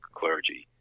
clergy